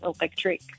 electric